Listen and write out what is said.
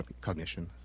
cognition